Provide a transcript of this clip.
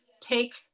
take